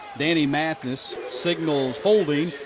danny mathis signals holding.